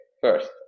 First